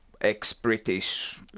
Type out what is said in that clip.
ex-British